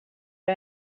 owe